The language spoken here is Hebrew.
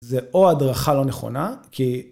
זה או הדרכה לא נכונה, כי...